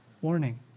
Warning